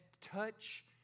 touch